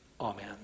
Amen